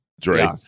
drake